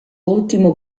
ultimo